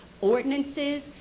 Ordinances